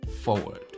forward